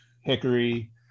hickory